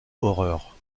horreur